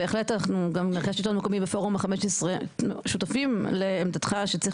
אנחנו בפורום ה-15 שותפים לעמדתך שצריך